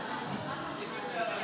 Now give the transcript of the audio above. התשפ"ד 2024,